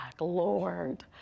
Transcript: Lord